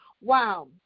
wow